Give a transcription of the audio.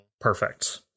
Perfect